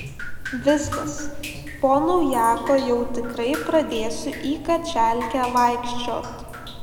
viskas po naujako jau tikrai pradėsiu į kačialkę vaikščiot